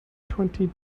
twenty